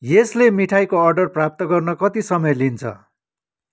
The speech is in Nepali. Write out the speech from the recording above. यसले मिठाईको अर्डर प्राप्त गर्न कति समय लिन्छ